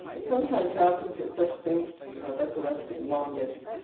sometimes happens that such things are recollected longest.